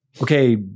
okay